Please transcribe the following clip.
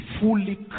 fully